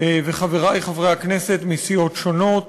וחברי חברי הכנסת, מסיעות שונות,